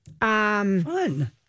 Fun